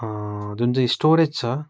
जुन चाहिँ स्टोरेज छ